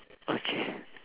okay